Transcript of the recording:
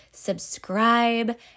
subscribe